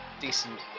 decent